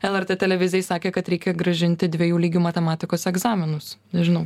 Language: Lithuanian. lrt televizijai sakė kad reikia grąžinti dviejų lygių matematikos egzaminus nežinau